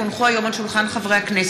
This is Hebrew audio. כי הונחו היום על שולחן הכנסת,